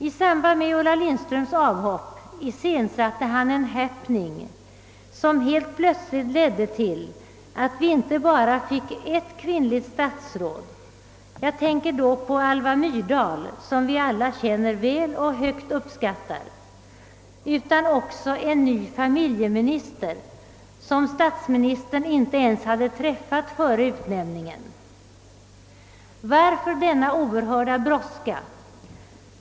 I samband med Ulla Lindströms avhopp iscensatte han en happening som helt plötsligt ledde till att vi inte bara fick ett kvinnligt statsråd, jag tänker då på Alva Myrdal som vi alla känner väl och högt uppskattar, utan också en ny familjeminister som statsministern inte ens hade träffat före utnämningen. Varför denna oerhörda brådska?